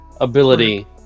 ability